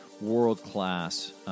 world-class